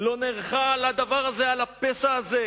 לא נערך על הפשע הזה,